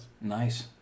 Nice